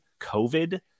covid